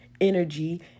energy